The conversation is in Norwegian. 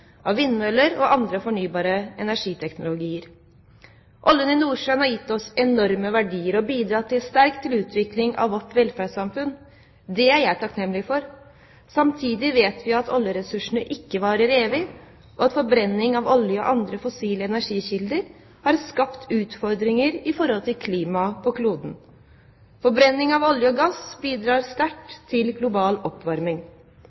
av vindmøller og andre fornybare energiteknologier. Oljen i Nordsjøen har gitt oss enorme verdier og bidratt sterkt til utviklingen av vårt velferdssamfunn. Det er jeg takknemlig for. Samtidig vet vi at oljeressursene ikke varer evig, og at forbrenningen av olje og andre fossile energikilder har skapt utfordringer når det gjelder klimaet på kloden. Forbrenning av olje og gass bidrar sterkt til global oppvarming.